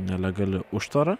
nelegali užtvara